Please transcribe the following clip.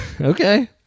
Okay